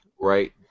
right